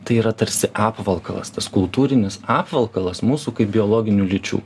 tai yra tarsi apvalkalas tas kultūrinis apvalkalas mūsų kaip biologinių lyčių